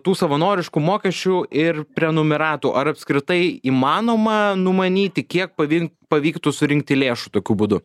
tų savanoriškų mokesčių ir prenumeratų ar apskritai įmanoma numanyti kiek pavin pavyktų surinkti lėšų tokiu būdu